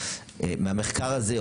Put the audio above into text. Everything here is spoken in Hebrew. מהמחקר הזה,